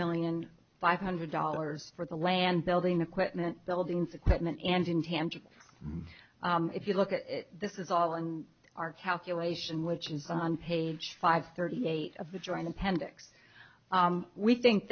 million five hundred dollars for the land building equipment buildings equipment and intangibles if you look at this is all in our calculation which is on page five thirty eight of the joint appendix we think